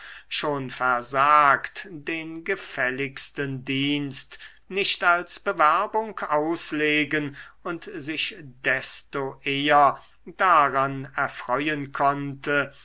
schon versagt den gefälligsten dienst nicht als bewerbung auslegen und sich desto eher daran erfreuen konnte